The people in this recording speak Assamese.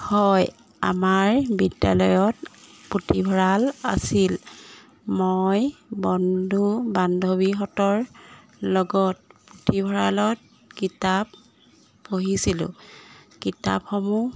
হয় আমাৰ বিদ্যালয়ত পুথিভঁৰাল আছিল মই বন্ধু বান্ধৱীহঁতৰ লগত পুথিভঁৰালত কিতাপ পঢ়িছিলোঁ কিতাপসমূহ